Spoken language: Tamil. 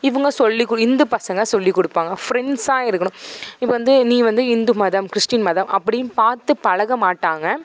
இவங்க சொல்லி கொடு இந்து பசங்க சொல்லி கொடுப்பாங்க ஃப்ரெண்ட்ஸாக இருக்கணும் இப்போ வந்து நீ வந்து இந்து மதம் கிறிஸ்ட்டின் மதம் அப்படினு பார்த்து பழக மாட்டாங்க